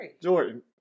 Jordan